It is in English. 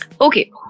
Okay